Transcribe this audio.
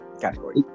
category